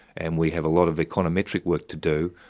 and we have a lot of econometric work to do,